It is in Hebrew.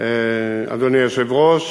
אדוני היושב-ראש,